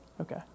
Okay